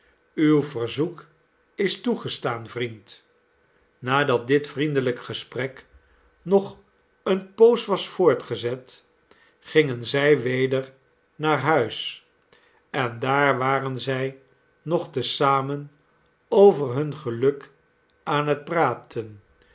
uw verzoek is toegestaan vriend nadat dit vriendelijke gesprek nog eene poos was voortgezet gingen zij weder naar huis en daar waren zij nog te zamen over hun geluk aan het praten